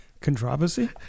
Controversy